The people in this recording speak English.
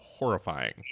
horrifying